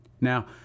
Now